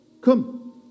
come